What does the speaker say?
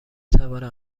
توانم